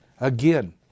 Again